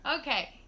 Okay